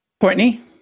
Courtney